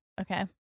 Okay